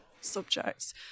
subjects